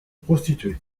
prostituées